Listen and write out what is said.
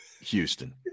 Houston